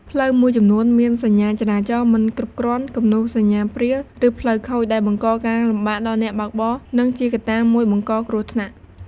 ផ្លូវមួយចំនួនមាន សញ្ញាចរាចរណ៍មិនគ្រប់គ្រាន់ គំនូសសញ្ញាព្រាល ឬផ្លូវខូច ដែលបង្កការលំបាកដល់អ្នកបើកបរ និងជាកត្តាមួយបង្កគ្រោះថ្នាក់។